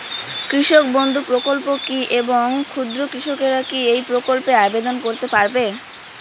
কৃষক বন্ধু প্রকল্প কী এবং ক্ষুদ্র কৃষকেরা কী এই প্রকল্পে আবেদন করতে পারবে?